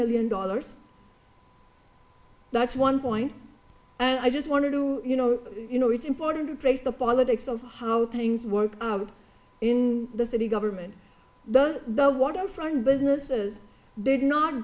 million dollars that's one point and i just wanted to you know you know it's important to take the politics of how things work in the city government does the waterfront businesses did not